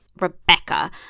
Rebecca